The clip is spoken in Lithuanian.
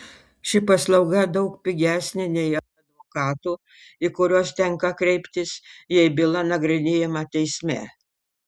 ši paslauga daug pigesnė nei advokatų į kuriuos tenka kreiptis jei byla nagrinėjama teisme